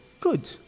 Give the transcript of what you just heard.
good